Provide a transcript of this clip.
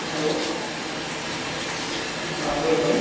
hello हा welcome